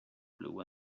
blue